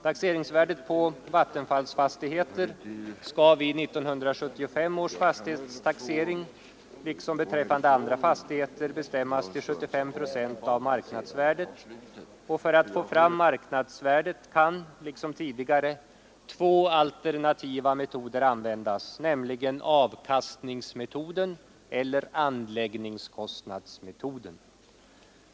Taxeringsvärdet på vattenfallsfastigheter skall vid 1975 års fastighetstaxering liksom beträffande andra fastigheter bestämmas till 75 procent av marknadsvärdet. För att få fram marknadsvärdet kan liksom tidigare två alternativa metoder användas, nämligen avkastningsmetoden eller anläggningskostnadsmetoden.